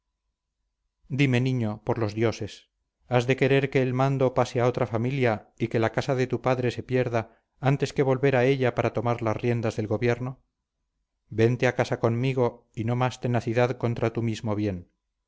dime niño por los dioses has de querer que el mando pase a otra familia y que la casa de tu padre se pierda antes que volver a ella para tomar las riendas del gobierno vente a casa conmigo y no más tenacidad contra tu mismo bien